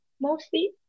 mostly